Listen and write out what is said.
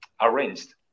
arranged